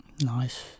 Nice